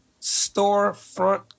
Storefront